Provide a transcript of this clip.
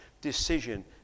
decision